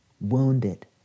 wounded